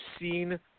seen